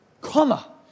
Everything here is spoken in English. Comma